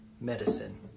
Medicine